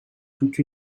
toute